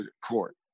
court